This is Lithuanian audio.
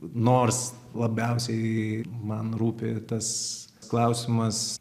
nors labiausiai man rūpi tas klausimas